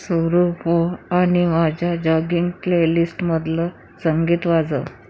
सुरु हो आणि माझ्या जॉगिंग प्लेलिस्टमधलं संगीत वाजव